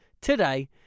today